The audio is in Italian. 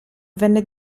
venne